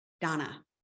Donna